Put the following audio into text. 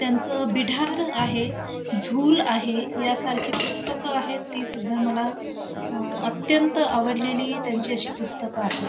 त्यांचं बिढाण आहे झूल आहे यासारखे पुस्तकं आहेत तीसुद्धा मला अत्यंत आवडलेली त्यांची अशी पुस्तकं आहेत